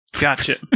Gotcha